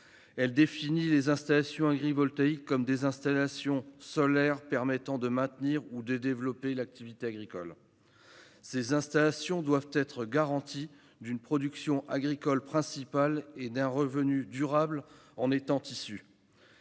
Elle définit les installations agrivoltaïques comme des installations solaires permettant de maintenir ou de développer l'activité agricole. Ces installations doivent garantir une production agricole principale et un revenu durable en étant issu.